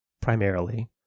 primarily